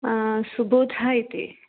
सुबोधा इति